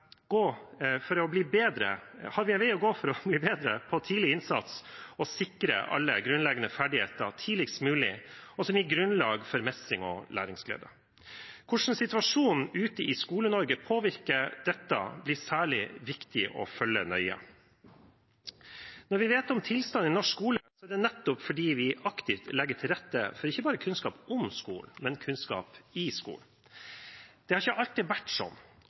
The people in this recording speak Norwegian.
å sikre alle grunnleggende ferdigheter tidligst mulig, noe som gir grunnlag for mestring og læringsglede. Hvordan situasjonen ute i Skole-Norge påvirker dette, blir særlig viktig å følge nøye. Når vi vet om tilstanden i norsk skole, er det nettopp fordi vi aktivt legger til rette for ikke bare kunnskap om skolen, men kunnskap i skolen. Det har ikke alltid vært sånn,